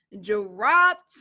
dropped